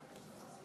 השרים,